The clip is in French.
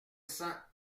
cents